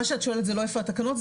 מה שאת שואלת זה לא איפה התקנות,